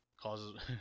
causes